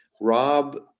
rob